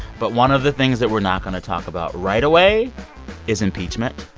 but one of the things that we're not going to talk about right away is impeachment